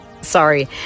Sorry